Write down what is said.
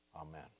Amen